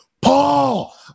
Paul